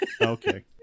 Okay